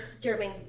German